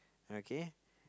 okay